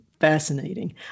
fascinating